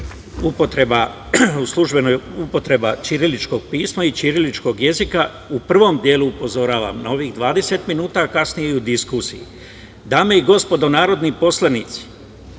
u pitanju upotreba ćiriličkog pisma i ćiriličkog jezika, u prvom delu upozoravam na ovih 20 minuta, a kasnije i u diskusiji. Dame i gospodo narodni poslanici,